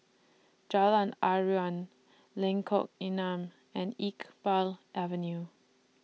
Jalan Aruan Lengkong Enam and Iqbal Avenue